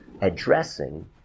addressing